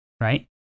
Right